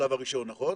בשלב הראשון, נכון?